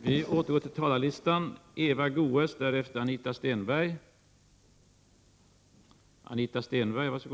Herr talman! För miljöpartiets räkning ber jag att få yrka bifall till reservationerna 6 och 7.